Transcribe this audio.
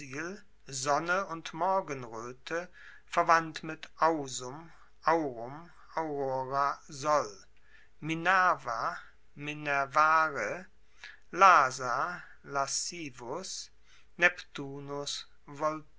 und morgenroete verwandt mit ausum aurum aurora sol minerva